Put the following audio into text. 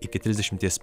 iki trisdešimties